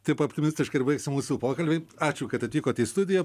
taip optimistiškai ir baigsim mūsų pokalbį ačiū kad atvykot į studiją